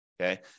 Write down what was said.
okay